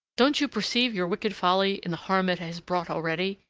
don't you perceive your wicked folly in the harm it has brought already?